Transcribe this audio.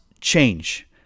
change